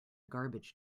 garbage